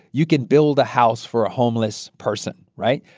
you can build a house for a homeless person, right?